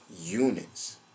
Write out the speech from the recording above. units